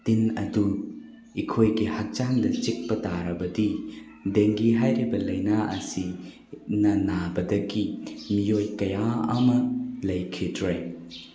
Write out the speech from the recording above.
ꯇꯤꯟ ꯑꯗꯨ ꯑꯩꯈꯣꯏꯒꯤ ꯍꯛꯆꯥꯡꯗ ꯆꯤꯛꯄ ꯇꯥꯔꯕꯗꯤ ꯗꯦꯡꯒꯤ ꯍꯥꯏꯔꯤꯕ ꯂꯩꯅ ꯑꯁꯤꯅ ꯅꯕꯗꯒꯤ ꯃꯤꯑꯣꯏ ꯀꯌꯥ ꯑꯃ ꯂꯩꯈꯤꯗ꯭ꯔꯦ